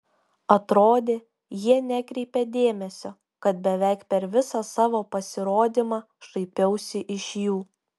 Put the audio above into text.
atrodė jie nekreipia dėmesio kad beveik per visą savo pasirodymą šaipiausi iš jų